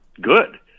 good